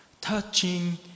touching